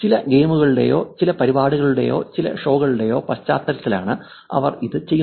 ചില ഗെയിമുകളുടെയോ ചില പരിപാടികളുടെയോ ചില ഷോകളുടെയോ പശ്ചാത്തലത്തിലാണ് അവർ ഇത് ചെയ്യുന്നത്